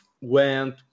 went